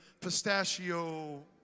pistachio